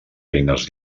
eines